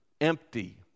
empty